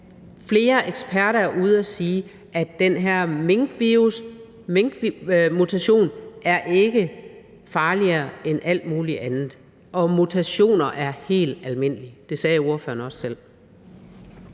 flere eksperter er ude at sige, at den her minkmutation ikke er farligere end alt muligt andet, og at mutationer er helt almindelige. Det sagde ordføreren også selv.